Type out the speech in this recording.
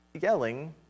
yelling